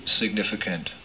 significant